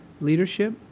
leadership